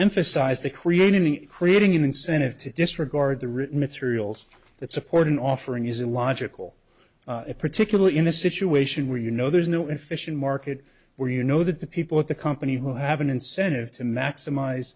emphasized to create any creating an incentive to disregard the written materials that support an offering is illogical particularly in a situation where you know there's no efficient market where you know that the people at the company who have an incentive to maximize